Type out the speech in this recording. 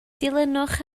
dilynwch